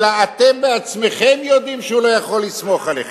אלא אתם בעצמכם יודעים שהוא לא יכול לסמוך עליכם,